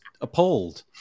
appalled